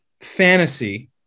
fantasy